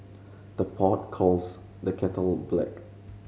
the pot calls the kettle black